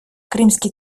кримські